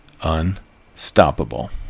unstoppable